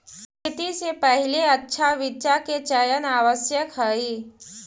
खेती से पहिले अच्छा बीचा के चयन आवश्यक हइ